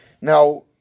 Now